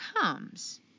comes